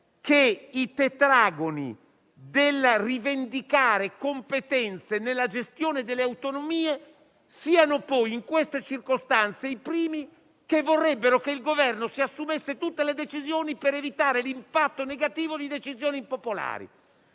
che i tetragoni del rivendicare competenze nella gestione delle autonomie siano poi in queste circostanze i primi che vorrebbero che il Governo si assumesse tutte le decisioni per evitare l'impatto negativo di decisioni impopolari.